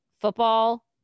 football